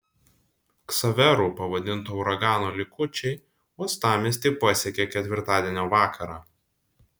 ksaveru pavadinto uragano likučiai uostamiestį pasiekė ketvirtadienio vakarą